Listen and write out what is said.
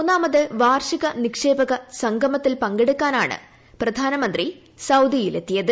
മൂന്നാമത് വാർഷിക നിക്ഷേപക സംഗമത്തിൽ പങ്കെടുക്കാനാണ് പ്രധാനമന്ത്രി സൌദിയിലെത്തിയത്